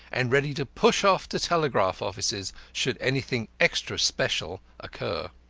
and ready to rush off to telegraph offices should anything extra special occur.